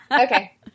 Okay